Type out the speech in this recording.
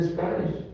Spanish